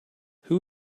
who